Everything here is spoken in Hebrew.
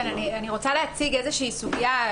אני רוצה להוסיף איזושהי סוגיה,